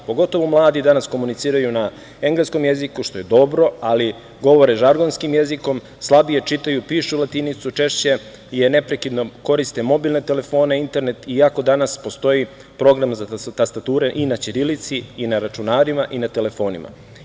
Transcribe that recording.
Pogotovo mladi danas komuniciraju na engleskom jeziku, što je dobro, ali govor žargonskim jezikom, slabije čitaju i pišu latinicu češće jer neprekidno koriste mobilne telefone, internet i ako danas postoji program za tastature i na ćirilici i na računarima i na telefonima.